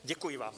Děkuji vám.